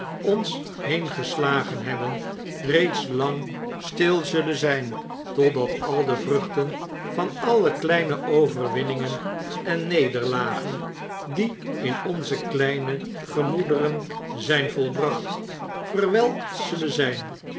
ons heen geslagen hebben reeds lang stil zullen zyn totdat al de vruchten van alle kleine overwinningen en nederlagen die in onze kleine gemoederen zyn volbracht verwelkt zullen zyn